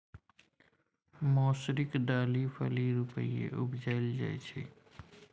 मौसरीक दालि फली रुपेँ उपजाएल जाइ छै